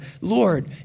Lord